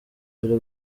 biri